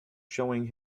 showing